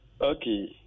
Okay